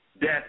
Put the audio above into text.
death